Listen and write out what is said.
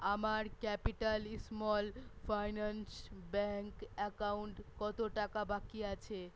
আমার capital small finance bank account কত টাকা বাকি আছে